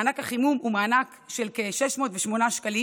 מענק החימום הוא מענק של כ-608 שקלים,